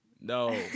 No